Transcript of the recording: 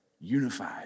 unified